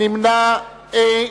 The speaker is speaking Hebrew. נמנע, אין.